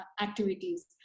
activities